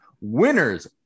Winners